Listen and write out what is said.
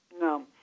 No